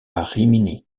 rimini